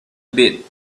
bit